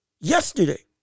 yesterday